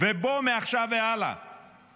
ופה מעכשיו והלאה